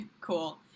Cool